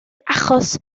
achos